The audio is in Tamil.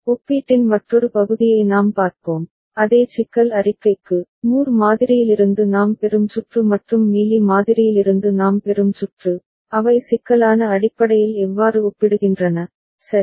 ஒப்பீட்டின் மற்றொரு பகுதியை நாம் பார்ப்போம் அதே சிக்கல் அறிக்கைக்கு மூர் மாதிரியிலிருந்து நாம் பெறும் சுற்று மற்றும் மீலி மாதிரியிலிருந்து நாம் பெறும் சுற்று அவை சிக்கலான அடிப்படையில் எவ்வாறு ஒப்பிடுகின்றன சரி